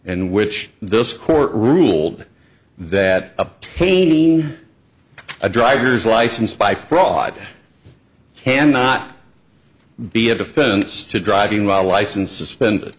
and which this court ruled that obtaining a driver's license by fraud can not be a defense to driving while a license suspended